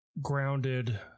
grounded